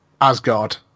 Asgard